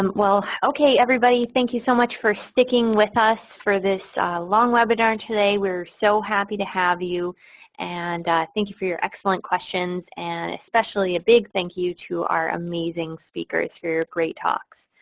um well, okay everybody thank you so much for sticking with us for this long webinar and today. we're so happy to have you and thank you for your excellent questions and especially a big thank you to our amazing speakers for your great talks.